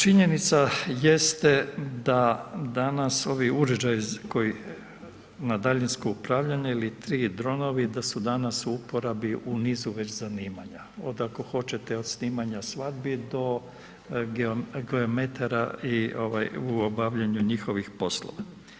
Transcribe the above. Činjenica jeste da danas ovi uređaji na daljinsko upravljanje ili ti dronovi da su danas u uporabi u nizu već zanimanja, od ako hoćete od snimanja svadbi do ... i u obavljanju njihovih poslova.